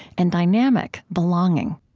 and dynamic belonging